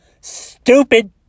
stupid